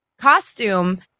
costume